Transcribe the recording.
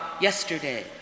yesterday